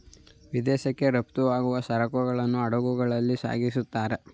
ವಿದೇಶಕ್ಕೆ ರಫ್ತಾಗುವ ಸರಕುಗಳನ್ನು ಹಡಗುಗಳಲ್ಲಿ ಸಾಗಿಸುತ್ತಾರೆ